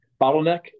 bottleneck